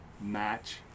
match